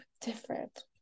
different